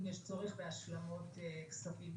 אם יש צורך בהשלמות כספים.